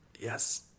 Yes